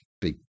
big